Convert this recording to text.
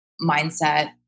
mindset